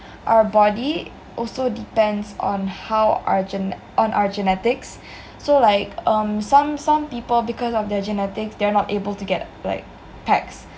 our body also depends on how are gene~ on our genetics so like um some some people because of their genetics they're not able to get like packs